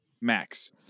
Max